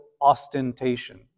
ostentation